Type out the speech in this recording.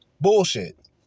Bullshit